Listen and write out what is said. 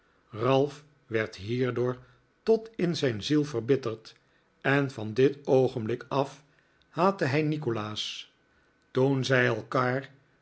ralph werd hierdoor tot in zijn ziel verbitterd en van dit oogenblik af haatte hij nikolaas toen zij elkaar